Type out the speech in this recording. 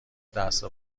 دست